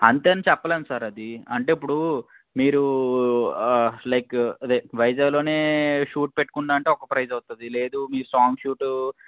అంతే అని చెప్పలేము సార్ అది అంటే ఇప్పుడు మీరు లైక్ అదే వైజాగ్లోనే షూట్ పెట్టుకుంటాను అంటే ఒక ప్రైస్ అవుతుంది లేదా మీ సాంగ్ షూటు